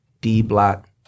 D-block